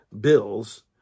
bills